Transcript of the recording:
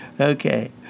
Okay